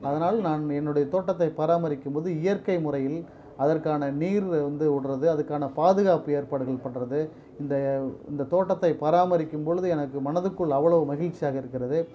அதனால் நான் என்னுடைய தோட்டத்தைப் பராமரிக்கும் போது இயற்கை முறையில் அதற்கான நீர் வ வந்து விட்றது அதுக்கான பாதுகாப்பு ஏற்பாடுகள் பண்ணுறது இந்த இந்த தோட்டத்தை பராமரிக்கும் பொழுது எனக்கு மனதுக்குள் அவ்வளவு மகிழ்ச்சியாக இருக்கிறது